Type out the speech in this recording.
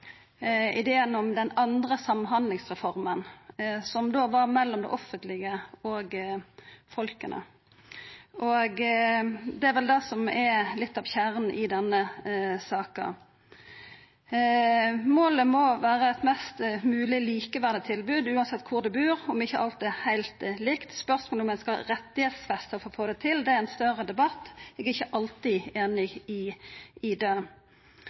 ideen om «den andre samhandlingsreformen» – mellom det offentlege og folket. Det er vel det som er litt av kjernen i denne saka. Målet må vera eit mest mogleg likeverdig tilbod – om ikkje alt er heilt likt – uansett kvar du bur. Spørsmålet om ein skal rettsfesta det for å få det til, er ein større debatt. Eg er ikkje alltid einig i det. Kommunestorleik er dratt inn, men det